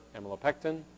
amylopectin